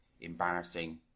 embarrassing